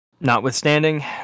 Notwithstanding